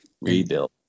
rebuild